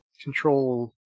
Control